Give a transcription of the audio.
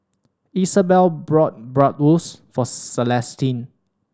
Isabel bought Bratwurst for Celestine